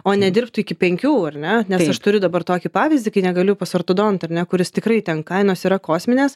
o nedirbtų iki penkių ar ne nes aš turiu dabar tokį pavyzdį kai negaliu pas ortodontą ar ne kuris tikrai ten kainos yra kosminės